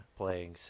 playing